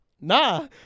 nah